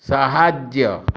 ସାହାଯ୍ୟ